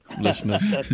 listeners